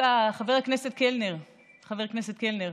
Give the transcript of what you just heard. חבר הכנסת קלנר, חבר הכנסת קלנר,